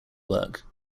work